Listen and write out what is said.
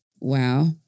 Wow